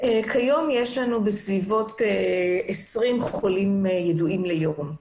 כיום יש כ-20 חולים ידועים ביום.